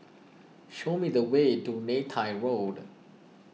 show me the way to Neythai Road